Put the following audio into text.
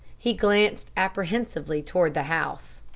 he glanced apprehensively toward the house.